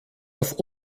auf